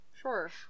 sure